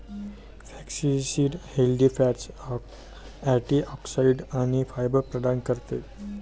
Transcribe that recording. flaxseed healthy fats, antioxidants आणि fibre प्रदान करते